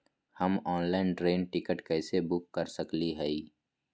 हम online train ticket कैसे book कर सकली हई?